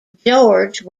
george